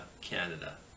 Canada